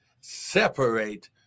separate